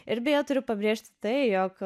ir beje turiu pabrėžti tai jog